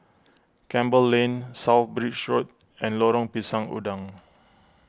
Campbell Lane South Bridge Road and Lorong Pisang Udang